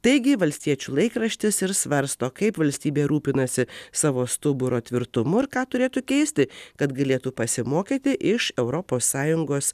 taigi valstiečių laikraštis ir svarsto kaip valstybė rūpinasi savo stuburo tvirtumu ir ką turėtų keisti kad galėtų pasimokyti iš europos sąjungos